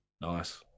Nice